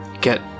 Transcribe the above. get